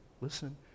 listen